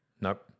Nope